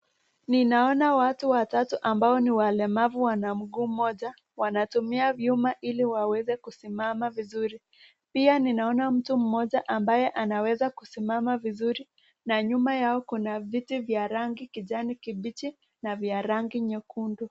Ninaona watu watatu ambao ni walemavu wana mguu mmoja wanatumia vyuma ili waweze kusimama vizuri. Pia ninaona mtu mmoja ambaye anaweza kusimama vizuri. Na nyuma yao kuna viti vya rangi kijani kibichi na vya rangi nyekundu.